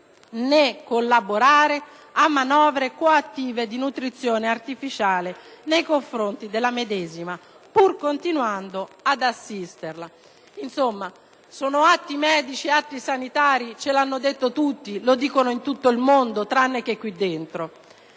né collaborare a manovre coattive di nutrizione artificiale nei confronti della medesima, pur continuando ad assisterla». Insomma, sono atti medici, atti sanitari, ce l'hanno detto tutti, lo dicono il tutto il mondo tranne che qui dentro;